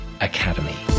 academy